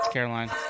Caroline